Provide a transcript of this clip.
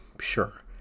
Sure